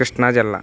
కృష్ణాజిల్లా